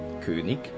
König